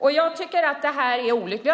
Jag tycker att det är olyckligt.